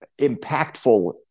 impactful